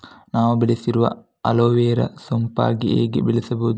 ನಾನು ಬೆಳೆಸಿರುವ ಅಲೋವೆರಾ ಸೋಂಪಾಗಿ ಹೇಗೆ ಬೆಳೆಸಬಹುದು?